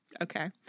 Okay